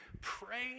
Pray